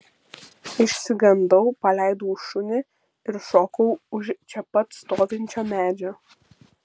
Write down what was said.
išsigandau paleidau šunį ir šokau už čia pat stovinčio medžio